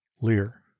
Lear